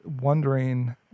wondering